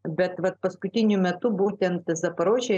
betvat paskutiniu metu būtent zaporožę